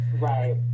right